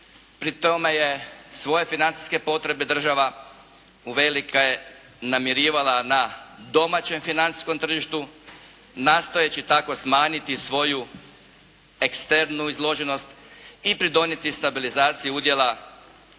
Pri tome je svoje financijske potrebe država uvelike namirivala na domaćem financijskom tržištu nastojeći tako smanjiti svoju eksternu izloženost i pridonijeti stabilizaciji udjela